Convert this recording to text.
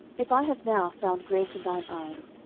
if i have now found grace in thine eyes,